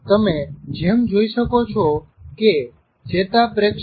તમે જેમ જોઈ શકો છો કે ચેતાપ્રેષકો મુક્ત થાય છે